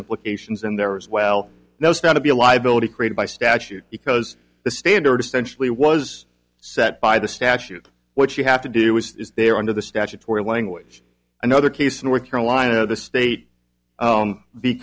implications and there was well those found to be a liability created by statute because the standard essentially was set by the statute what you have to do is there under the statutory language another case in north carolina the state